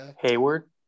Hayward